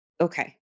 Okay